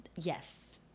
Yes